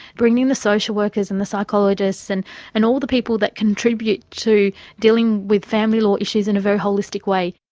bringing in the social workers and the psychologists and and all the people that contribute to dealing with family law issues in a very holistic way.